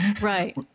Right